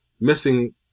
missing